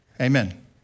Amen